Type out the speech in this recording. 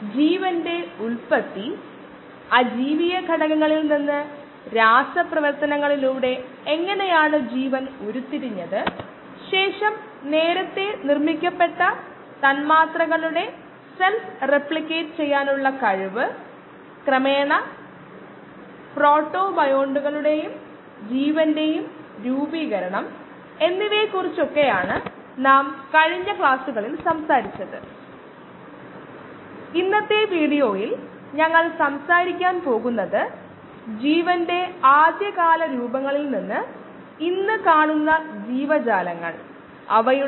ആദ്യ രണ്ട് പ്രഭാഷണങ്ങളിൽ ബയോ റിയാക്ടറുകൾ എന്തൊക്കെയാണ് അവ എങ്ങനെയുള്ള ഉൽപ്പന്നങ്ങൾ നിർമ്മിക്കുന്നു സാധാരണ ഉപയോഗിക്കുന്ന ബയോ റിയാക്ടറുകൾ എന്തൊക്കെയാണ് പ്രവർത്തന രീതികൾ എന്തൊക്കെയാണ് പ്രധാനമായും ബാച്ച് തുടർച്ചയായതും സെമി ബാച്ചും അല്ലെങ്കിൽ ഫെഡ് ബാച്ച് തുടർന്ന് നമ്മൾ ചില വിശദാംശങ്ങൾ കാണാൻ തുടങ്ങി